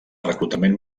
reclutament